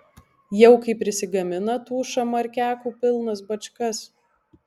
jau kai prisigamina tų šamarkiakų pilnas bačkas